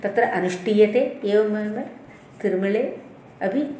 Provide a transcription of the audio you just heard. तत्र अनुष्ठीयते एवमेमे तिरुमले अपि